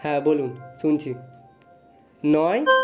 হ্যাঁ বলুন শুনছি নয়